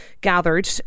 gathered